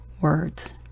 words